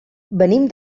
venim